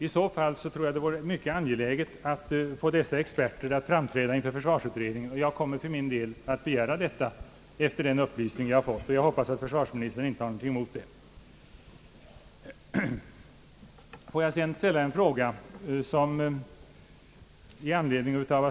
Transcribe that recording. I så fall tror jag det vore mycket angeläget att få dessa experter att framträda inför försvarsutredningen; och jag kommer för min del att begära detta efter den upplysning vi nu har fått — jag hoppas att försvarsministern inte har någonting emot det. Låt mig sedan ställa en fråga.